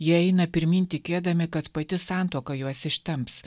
jie eina pirmyn tikėdami kad pati santuoka juos ištemps